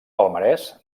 palmarès